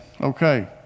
Okay